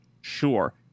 Sure